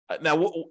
Now